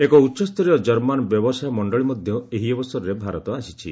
ଏକ ଉଚ୍ଚସ୍ତରୀୟ କର୍ମାନ୍ ବ୍ୟବସାୟ ମଣ୍ଡଳୀ ମଧ୍ୟ ଏହି ଅବସରରେ ଭାରତ ଆସିଛି